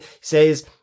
says